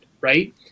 right